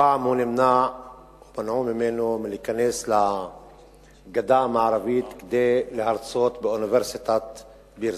הפעם מנעו ממנו להיכנס לגדה המערבית כדי להרצות באוניברסיטת ביר-זית.